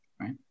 right